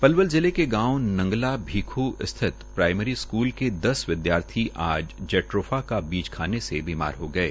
पलवल जिले के गांव नंगला भीखू सिथत प्राईमरी स्कूल के दस विद्यार्थी आज जट्रोफा का बीज खाने से बीमार हो गये